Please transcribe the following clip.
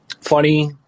funny